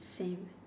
same